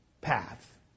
path